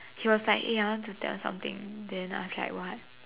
he was like eh I want to tell you something then I was like what